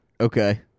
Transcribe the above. Okay